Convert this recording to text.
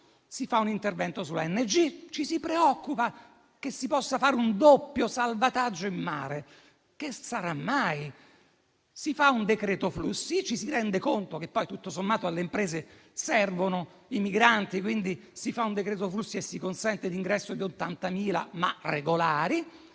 Si fa un intervento sulle ONG e ci si preoccupa che si possa fare un doppio salvataggio in mare. Che sarà mai? Si fa un decreto flussi, ci si rende conto che poi, tutto sommato, alle imprese servono i migranti e si consente l'ingresso di 80.000 migranti regolari,